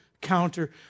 counter